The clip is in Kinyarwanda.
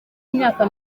imyaka